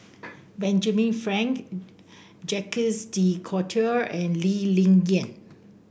Benjamin Frank Jacques De Coutre and Lee Ling Yen